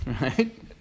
right